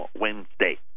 Wednesday